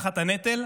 תחת הנטל,